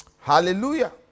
Hallelujah